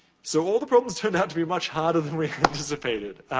so all the problems turned out to be much harder than we anticipated.